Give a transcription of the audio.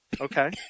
Okay